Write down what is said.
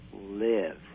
live